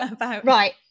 Right